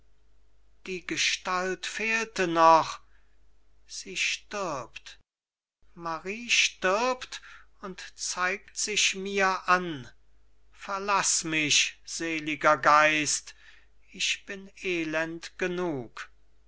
die gestalt fehlte noch sie stirbt marie stirbt und zeigt sich mir an verlaß mich seliger geist ich bin elend genug